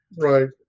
right